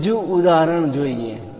ચાલો બીજું ઉદાહરણ જોઈએ